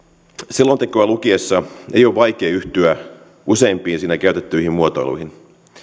selontekoa lukiessa ei ole vaikeaa yhtyä useimpiin siinä käytettyihin muotoiluihin